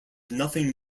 nothing